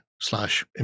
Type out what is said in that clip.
slash